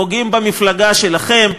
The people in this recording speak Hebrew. פוגעים במפלגה שלכם.